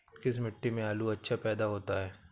किस मिट्टी में आलू अच्छा पैदा होता है?